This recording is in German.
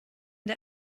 der